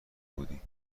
بودی